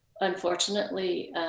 Unfortunately